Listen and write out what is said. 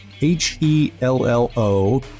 H-E-L-L-O